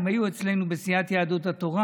שהיו אצלנו בסיעת יהדות התורה.